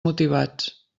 motivats